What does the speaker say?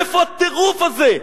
מאיפה הטירוף הזה?